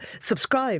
subscribe